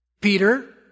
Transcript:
Peter